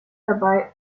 dabei